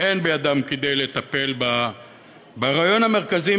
אין בידן כדי לטפל ברעיון המרכזי,